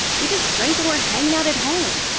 we just drink when we're hanging out at home.